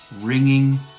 ringing